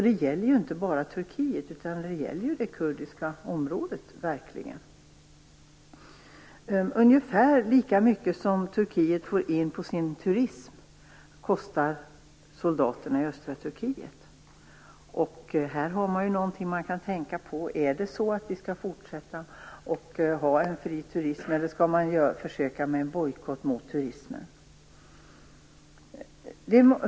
Det gäller alltså inte bara Turkiet, utan det gäller det kurdiska området över huvud taget. Soldaterna i östra Turkiet kostar ungefär lika mycket som Turkiet får in på sin turism. Det är något att tänka på. Skall vi fortsätta ha fri turism eller skall det göras försök med bojkott mot turismen?